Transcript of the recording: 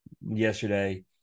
yesterday